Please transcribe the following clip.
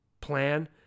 plan